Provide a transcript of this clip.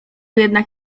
jednak